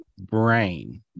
brain